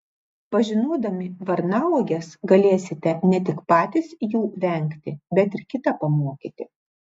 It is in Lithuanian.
pažinodami varnauoges galėsite ne tik patys jų vengti bet ir kitą pamokyti